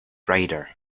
rider